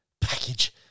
Package